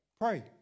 Pray